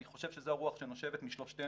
אני חושב שזו הרוח שנושבת משלושתנו,